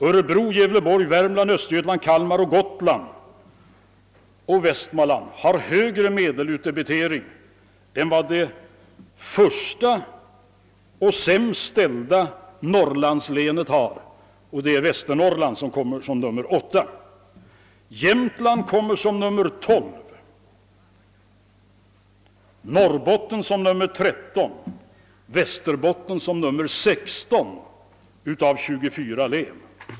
Örebro, Gävleborgs, Värmlands, Östergötlands, Kalmar, Gotlands och Västmanlands län har högre medelutdebitering än det sämst ställda Norrlandslänet, nämligen Västernorrlands som kommer som nummer 8. Jämtlands län kommer som nummer 12, Norrbottens län som nummer 13 och Västerbottens län som nummer 16 bland 24 län.